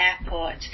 Airport